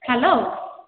hello